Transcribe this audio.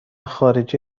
خارجی